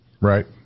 Right